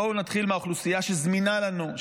בואו נתחיל מהאוכלוסייה שזמינה לנו,